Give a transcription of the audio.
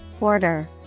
order